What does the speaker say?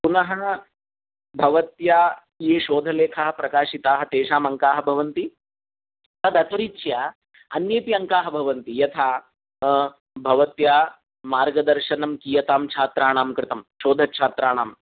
पुनः भवत्या ये शोधलेखाः प्रकाशिताः तेषाम् अङ्काः भवन्ति तदतिरिच्य अन्येऽपि अङ्काः भवन्ति यथा भवत्या मर्गदर्शनं कीयतां छात्राणां कृतं शोधनछात्राणां